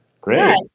great